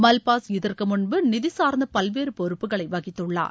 Malpass இதற்கு முன்பு நிதிசார்ந்த பல்வேறு பொறுப்புக்களை வகித்துள்ளார்